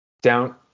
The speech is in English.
down